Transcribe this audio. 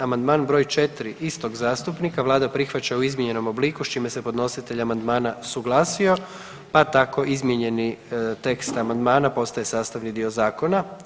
Amandman broj 4. istog zastupnika vlada prihvaća u izmijenjenom obliku s čime se podnositelj amandmana suglasio pa tako izmijenjeni tekst amandmana postaje sastavni dio zakona.